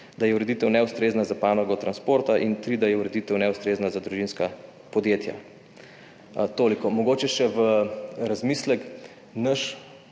da je ureditev neustrezna za panogo transporta in 3, da je ureditev neustrezna za družinska podjetja. Toliko. Mogoče še v razmislek. Naš